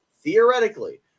Theoretically